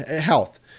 health